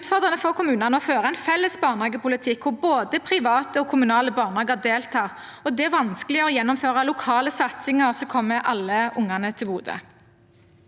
er det utfordrende for kommunene å føre en felles barnehagepolitikk hvor både private og kommunale barnehager deltar, og det er vanskelig å gjennomføre lokale satsinger som kommer alle ungene til gode.